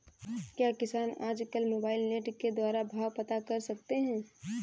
क्या किसान आज कल मोबाइल नेट के द्वारा भाव पता कर सकते हैं?